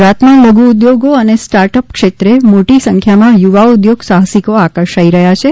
ગુજરાતમાં લધુ ઉદ્યોગો અને સ્ટાર્ટ અપ ક્ષેત્રે મોટી સંખ્યામાં યુવા ઉદ્યોગ સાહસિકો આકર્ષાઇ રહ્યા છે